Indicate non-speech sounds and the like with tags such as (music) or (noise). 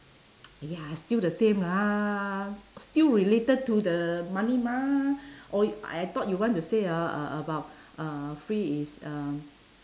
(noise) !aiya! still the same lah still related to the money mah or I thought you want to say ah uh about uh free is uh